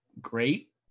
great